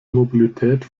mobilität